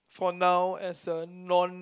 for now as a non